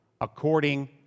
according